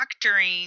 doctoring